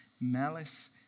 malice